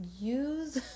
use